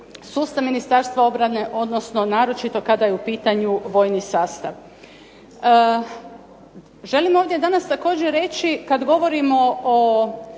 sustav Ministarstva obrane, odnosno naročito kada je u pitanju vojni sastav. Želim ovdje danas također reći, kad govorimo o